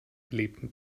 belebten